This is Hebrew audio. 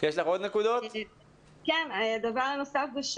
דבר נוסף.